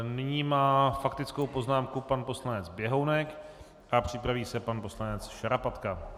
Nyní má faktickou poznámku pan poslanec Běhounek a připraví se pan poslanec Šarapatka.